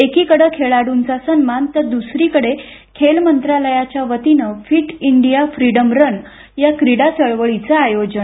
एकीकडे खेळाडूंचा सन्मान तर दुसरीकडे खेल मंत्रालयाच्यावतीनं फिट इंडिया फ्रीडम रन या क्रीडा चळवळीचं आयोजन